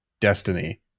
Destiny